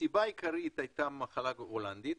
הסיבה העיקרית הייתה המחלה ההולנדית.